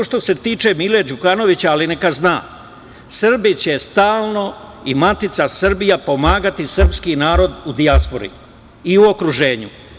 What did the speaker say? Što se tiče Mila Đukanovića, ali neka zna, Srbi će stalno i matica Srbija pomagati srpski narod u dijaspori i u okruženju.